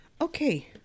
Okay